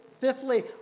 Fifthly